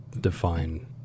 define